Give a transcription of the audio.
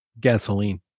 Gasoline